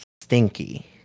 stinky